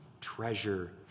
treasure